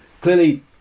clearly